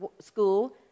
school